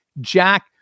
Jack